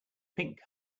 pink